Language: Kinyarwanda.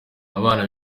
abana